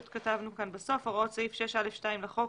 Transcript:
כתבנו בסוף " הוראות סעיף 6א(2) לחוק